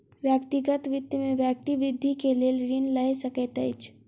व्यक्तिगत वित्त में व्यक्ति वृद्धि के लेल ऋण लय सकैत अछि